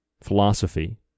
philosophy